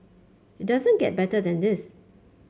it doesn't get better than this